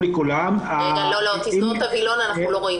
והלאה.